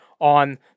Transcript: on